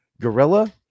gorilla